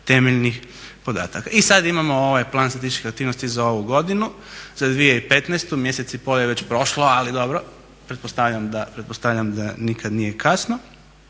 temeljnih podataka. I sad imamo ovaj Plan statističkih aktivnosti za ovu godinu, za 2015., mjesec i pol je već prošlo ali dobro, pretpostavljam da nikad nije kasno.